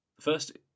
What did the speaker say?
First